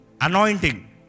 Anointing